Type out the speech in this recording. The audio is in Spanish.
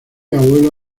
abuelo